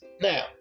Now